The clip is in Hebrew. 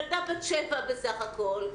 זאת ילדה בת 7 בסך הכול,